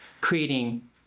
creating